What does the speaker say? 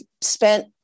spent